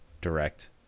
direct